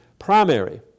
primary